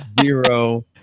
Zero